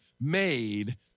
made